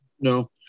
No